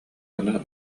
аны